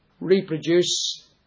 Reproduce